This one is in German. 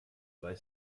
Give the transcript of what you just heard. bei